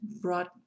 brought